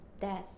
death